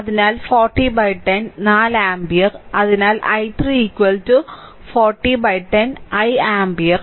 അതിനാൽ 4010 4 ആമ്പിയർ അതിനാൽ i3 4010 1 ampere